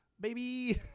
baby